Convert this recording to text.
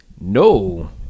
no